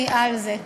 אני על זה.